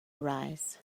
arise